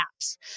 apps